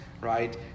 right